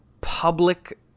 public